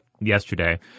yesterday